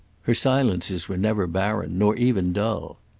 her silences were never barren, nor even dull.